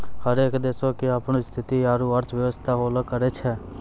हरेक देशो के अपनो स्थिति आरु अर्थव्यवस्था होलो करै छै